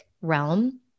realm